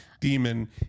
demon